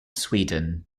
sweden